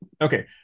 Okay